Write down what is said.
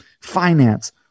finance